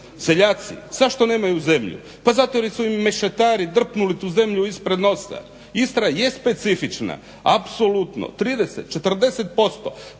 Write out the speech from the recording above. Seljaci zašto nemaju zemlju? Pa zato jer su im mešetari drpnuli tu zemlju ispred nosa. Istra je specifična apsolutno 30, 40%